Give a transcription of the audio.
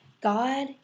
God